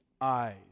eyes